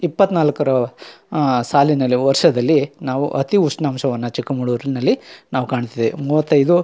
ಇಪ್ಪತ್ನಾಲ್ಕರ ಸಾಲಿನಲ್ಲಿ ವರ್ಷದಲ್ಲಿ ನಾವು ಅತಿ ಉಷ್ಣಾಂಶವನ್ನು ಚಿಕ್ಕಮಗ್ಳೂರಿನಲ್ಲಿ ನಾವು ಕಾಣ್ತಿದೆವು ಮೂವತ್ತೈದು